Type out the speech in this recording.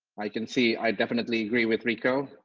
i can see i definitely agree with rico,